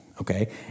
Okay